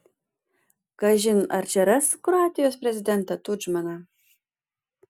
kažin ar čia ras kroatijos prezidentą tudžmaną